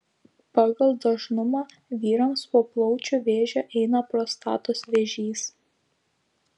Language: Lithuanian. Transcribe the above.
pagal dažnumą vyrams po plaučių vėžio eina prostatos vėžys